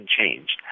changed